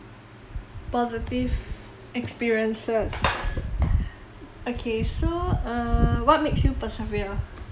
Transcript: positive experiences okay so err what makes you persevere